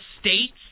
states